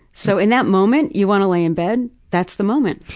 so in that moment, you want to lay in bed, that's the moment.